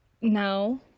now